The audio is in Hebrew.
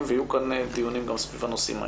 בהצעה ויהיו כאן דיונים בנושאים האלה.